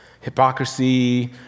hypocrisy